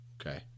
Okay